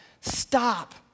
stop